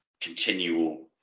continual